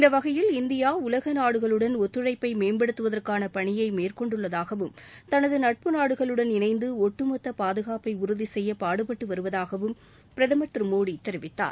இந்த வகையில் இந்தியா உலக நாடுகளுடன் ஒத்துழைப்பை மேம்படுத்துவதற்கான பணியை மேற்கொண்டுள்ளதாகவும் தனது நட்பு நாடுகளுடன் இணைந்து ஒட்டுமொத்த பாதுகாப்பை உறுதி செய்ய பாடுபட்டு வருவதாகவும் பிரதமர் மோடி தெரிவித்தார்